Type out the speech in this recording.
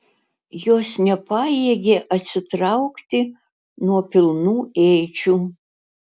jos nepajėgė atsitraukti nuo pilnų ėdžių